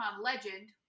legend